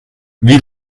wie